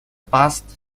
past